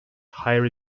higher